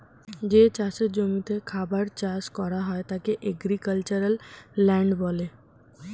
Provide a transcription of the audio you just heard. যে চাষের জমিতে খাবার চাষ করা হয় তাকে এগ্রিক্যালচারাল ল্যান্ড বলে